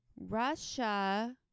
Russia